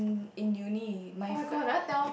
in Uni my fr~